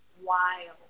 wild